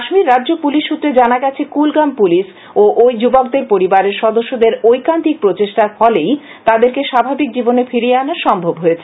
কাশ্মীর রাজ্য পুলিশসুত্রে জানা গেছে কুলগাম পুলিশ ও ঐ যুবকদের পরিবারের সদস্যদের ঐকান্তিক প্রচেষ্টার ফলেই তাদেরকে স্বাভাবিক জীবনে ফিরিয়ে আনা সম্ভব হয়েছে